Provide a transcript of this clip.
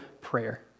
prayer